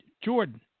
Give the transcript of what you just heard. Jordan